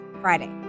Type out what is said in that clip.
friday